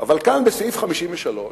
אבל כאן, בסעיף 53,